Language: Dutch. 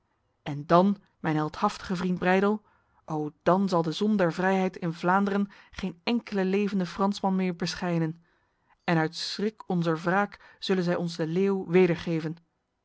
en dan mijn heldhaftige vriend breydel o dan zal de zon der vrijheid in vlaanderen geen enkele levende fransman meer beschijnen en uit schrik onzer wraak zullen zij ons de leeuw wedergeven